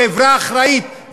החברה אחראית,